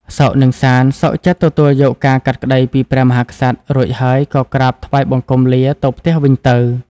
សុខ និងសាន្ត សុខចិត្តទទួលយកការកាត់ក្តីពីព្រះមហាក្សត្រ រួចហើយក៏ក្រាបថ្វាយបង្គំលាទៅផ្ទះវិញទៅ។